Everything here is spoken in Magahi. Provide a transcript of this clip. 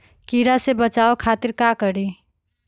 कीरा से बचाओ खातिर का करी?